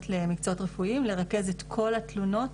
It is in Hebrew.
למקצועות רפואיים לרכז את כל התלונות,